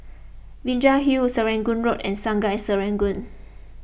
Binjai Hill Serangoon Road and Sungei Serangoon